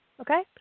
Okay